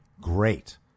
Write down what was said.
great